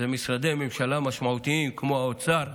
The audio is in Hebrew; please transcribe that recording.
זה משרדי ממשלה משמעותיים כמו האוצר,